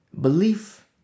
Belief